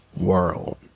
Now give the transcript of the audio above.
world